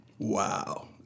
Wow